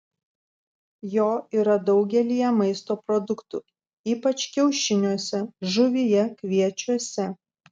jo yra daugelyje maisto produktų ypač kiaušiniuose žuvyje kviečiuose